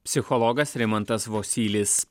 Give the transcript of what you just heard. psichologas rimantas vosylis